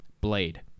Blade